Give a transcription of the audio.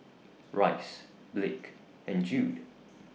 Rice Blake and Jude